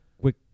quick